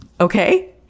okay